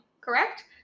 correct